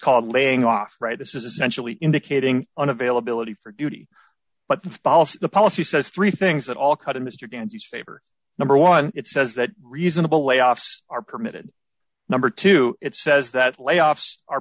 called laying off right this is essentially indicating an availability for duty but the policy the policy says three things that all cut in mr ganns favor number one it says that reasonable layoffs are permitted number two it says that layoffs are